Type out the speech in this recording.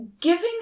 Giving